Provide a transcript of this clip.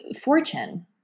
fortune